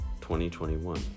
2021